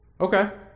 Okay